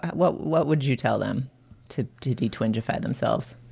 what what would you tell them to to do? twenty five themselves?